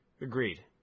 Agreed